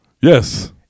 Yes